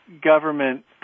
government